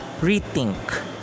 rethink